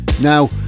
now